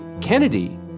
Kennedy